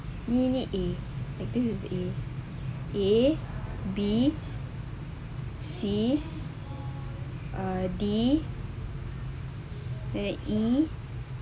ini A like this is A A B C uh D and then E